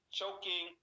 choking